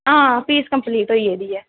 आं fees complete होई गेदी ऐ